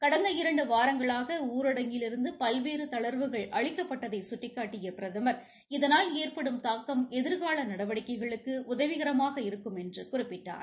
கடந்த இரண்டு வாரங்களாக ஊரடங்கிலிருந்து பல்வேறு தளா்வுகள் அளிக்கப்பட்டதை கட்டிக்காட்டிய பிரதமர் இதனால் ஏற்படும் தாக்கம் எதிர்கால நடவடிக்கைகளுக்கு உதவிகரமாக இருக்கும் என்று குறிப்பிட்டார்